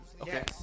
Okay